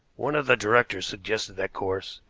one of the directors suggested that course,